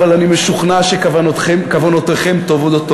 אבל אני משוכנע שכוונותיכם טובות.